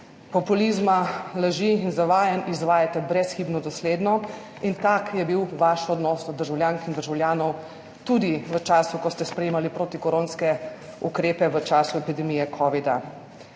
populizma, laži in zavajanj izvajate brezhibno dosledno. In tak je bil vaš odnos do državljank in državljanov tudi v času, ko ste sprejemali protikoronske ukrepe v času epidemije covida,